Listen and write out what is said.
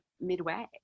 midway